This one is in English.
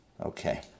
Okay